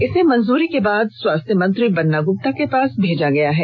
इसे मंजूरी के लिए स्वास्थ्य मंत्री बन्ना गुप्ता के पास भेजा गया है